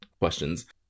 questions